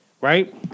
Right